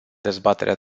dezbaterea